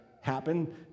happen